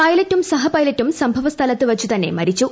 പൈലറ്റും സഹപൈലറ്റും സംഭവസ്ഥലത്ത് വച്ച് തന്നെ മരിച്ചു